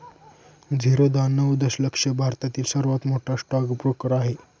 झिरोधा नऊ दशलक्ष भारतातील सर्वात मोठा स्टॉक ब्रोकर आहे